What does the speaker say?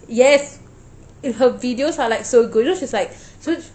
yes eh her videos are like so good you know she's like so